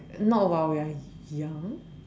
not while we are young